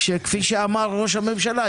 כפי שאמר ראש הממשלה,